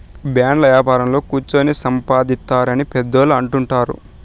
బాండ్ల యాపారంలో కుచ్చోని సంపాదిత్తారు అని పెద్దోళ్ళు అంటుంటారు